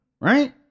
right